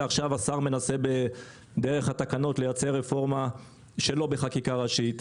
ועכשיו השר מנסה דרך התקנות לייצר רפורמה לא בחקיקה ראשית.